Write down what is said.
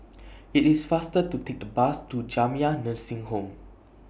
IT IS faster to Take The Bus to Jamiyah Nursing Home